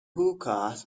hookahs